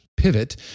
pivot